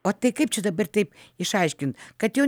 o tai kaip čia dabar taip išaiškint kad jo